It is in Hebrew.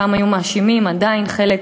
פעם היו מאשימים, עדיין חלק,